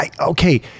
Okay